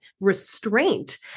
restraint